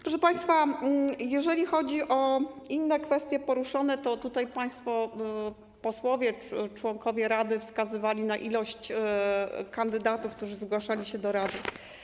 Proszę państwa, jeżeli chodzi o inne poruszone kwestie, to tutaj państwo posłowie, członkowie rady wskazywali na ilość kandydatów, którzy zgłaszali się do rady.